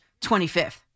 25th